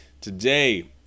today